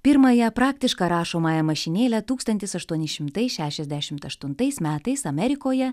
pirmąją praktišką rašomąją mašinėlę tūkstantis aštuoni šimtai šešiasdešimt aštuntais metais amerikoje